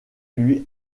lui